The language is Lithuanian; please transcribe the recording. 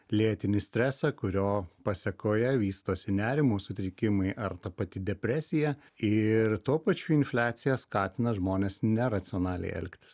lėtinį stresą kurio pasekoje vystosi nerimo sutrikimai ar ta pati depresija ir tuo pačiu infliacija skatina žmones neracionaliai elgtis